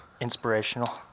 inspirational